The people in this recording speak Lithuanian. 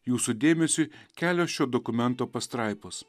jūsų dėmesiui kelios šio dokumento pastraipos